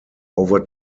over